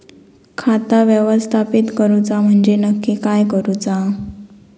खाता व्यवस्थापित करूचा म्हणजे नक्की काय करूचा?